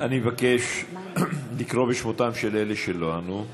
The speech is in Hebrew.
אני מבקש לקרוא בשמותיהם של אלה שלא ענו.